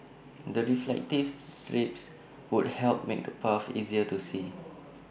the reflective strips would help make A paths easier to see